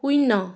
শূন্য